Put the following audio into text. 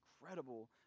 incredible